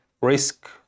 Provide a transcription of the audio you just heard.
risk